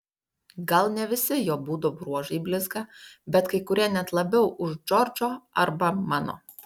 gal ne visi jo būdo bruožai blizga bet kai kurie net labiau už džordžo arba mano